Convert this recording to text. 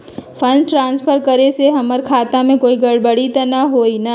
Fund transfer करे से हमर खाता में कोई गड़बड़ी त न होई न?